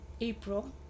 April